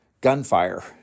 gunfire